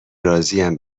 راضیم